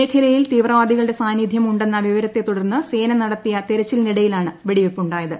മ്ഖ്ലയിൽ തീവ്രവാദികളുടെ സാന്നിധ്യം ഉണ്ടെന്ന വിവരത്തെ തുടർന്ന് സേന നടത്തിയ തെരച്ചിലിനിടെയാണ് വെടിവയ്പ് ഉണ്ടായത്